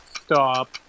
stop